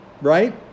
right